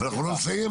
הערות לסעיף.